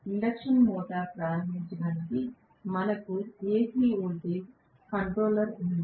induction మోటారును ప్రారంభించడానికి మనకు AC వోల్టేజ్ కంట్రోలర్ ఉందా